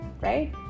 right